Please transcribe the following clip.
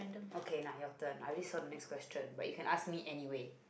okay nah your turn I already saw the next question but you can ask me anyway